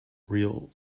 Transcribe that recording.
real